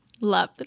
love